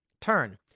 Turn